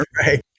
Right